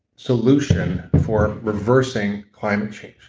solution for reversing climate change.